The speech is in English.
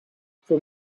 from